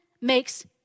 makes